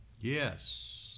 Yes